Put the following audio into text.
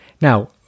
Now